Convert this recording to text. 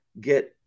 get